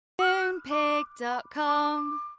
Moonpig.com